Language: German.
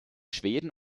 schweden